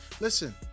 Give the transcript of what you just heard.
Listen